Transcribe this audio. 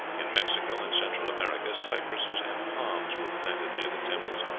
in mexico and central america cypresses and palms were planted near the temples,